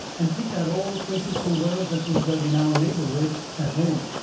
and picked out all the places fur wells that was dug in our neighbourhood at home.